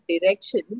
direction